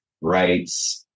rights